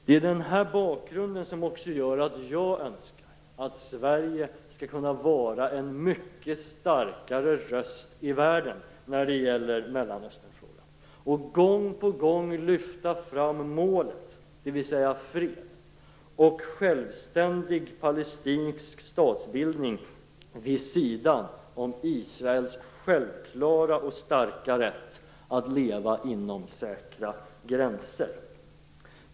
Det är den här bakgrunden som gör att jag önskar att Sverige skulle kunna vara en mycket starkare röst i världen när det gäller Mellanösternfrågan och gång på gång lyfta fram målet, dvs. fred och en självständig palestinsk statsbildning vid sidan av Israels självklara och starka rätt att leva inom säkra gränser.